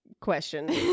question